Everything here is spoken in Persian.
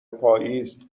پائیز